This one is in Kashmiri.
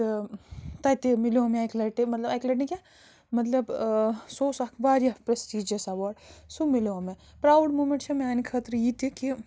تہٕ تَتہِ مِلیو مےٚ اَکہِ لَٹہِ مَطلَب اَکہِ لَٹہِ نہٕ کیٚنٛہہ مَطلب سُہ اوس اَکھ واریاہ پرٛٮ۪سٹیٖجیَس اٮ۪واڈ سُہ مِلیو مےٚ پرٛاوُڈ موٗمؠنٛٹ چھےٚ میٛانہِ خٲطرٕ یہِ تہِ کہِ